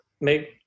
make